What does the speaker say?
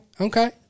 Okay